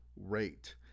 rate